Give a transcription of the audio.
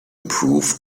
approve